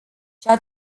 cea